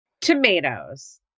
Tomatoes